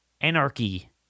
anarchy